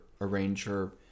arranger